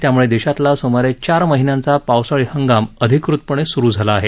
त्यामुळे देशातला सुमारे चार महिन्यांचा पावसाळी हंगाम अधिकृतपणे सुरू झाला आहे